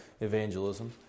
evangelism